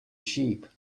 sheep